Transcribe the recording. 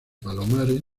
palomares